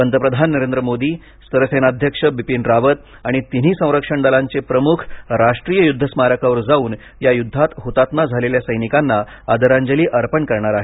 पंतप्रधान नरेंद्र मोदी सरसेनाध्यक्ष बिपिन रावत आणि तिन्ही संरक्षण दलांचे प्रमुख राष्ट्रीय युद्ध स्मारकावर जाऊन या युद्धात हुतात्मा झालेल्या सैनिकांना आदरांजली अर्पण करणार आहेत